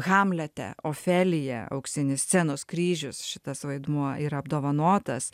hamlete ofelija auksinis scenos kryžius šitas vaidmuo yra apdovanotas